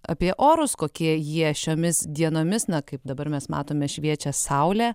apie orus kokie jie šiomis dienomis na kaip dabar mes matome šviečia saulė